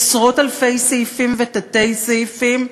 עשרות-אלפי סעיפים ותתי-סעיפים.